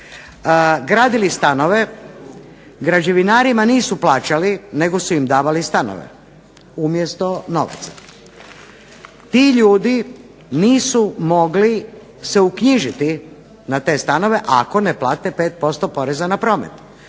gradili stanove, građevinarima nisu plaćali nego su im davali stanove umjesto novaca. Ti ljudi nisu mogli se uknjižiti na te stanove ako ne plate 5% poreza na promet,